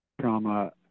trauma